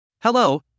Hello